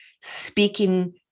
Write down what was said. speaking